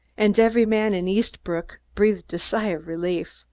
and every man in eastbrook breathed a sigh of relief.